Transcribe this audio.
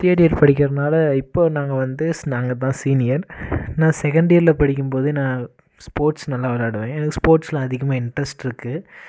third year படிக்கிறனால் இப்போ நாங்கள் வந்து சி நாங்கள் தான் சீனியர் நான் செக்ண்ட் இயரில் படிக்கும் போது நான் ஸ்போர்ட்ஸ் நல்லா விளாடுவேன் எனக்கு ஸ்போர்ட்ஸில் அதிகமாக இன்ட்ரெஸ்ட் இருக்குது